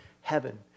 heaven